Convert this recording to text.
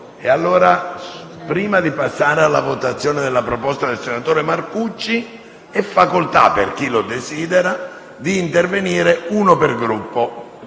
finestra"). Prima di passare alla votazione della proposta del senatore Marcucci, è facoltà per chi lo desidera di intervenire uno per Gruppo.